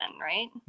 right